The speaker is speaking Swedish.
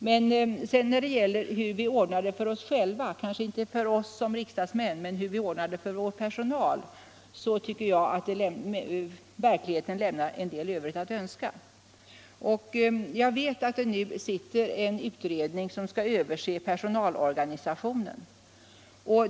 Men när det gäller hur vi ordnar det för oss själva, kanske inte för oss som riksdagsmän men för vår personal, tycker jag verkligheten lämnar en del övrigt att önska. Jag vet att det nu sitter en utredning som skall se över personalorganisationen.